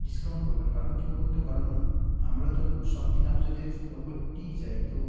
discount করবেন কারণ কী বলুন তো কারণ আমরা তো সবদিন আপনাদের উবেরটিই যাই তো